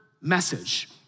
message